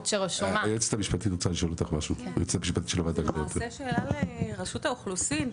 שרשומה- -- זו למעשה שאלה לרשות האוכלוסין,